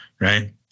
right